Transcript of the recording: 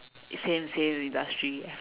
same same industry